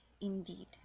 Indeed